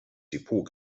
depot